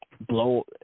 blow